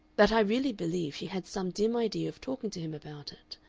that i really believe she had some dim idea of talking to him about it.